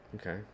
Okay